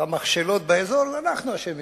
והמכשלות באזור, אנחנו אשמים.